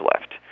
left